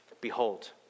Behold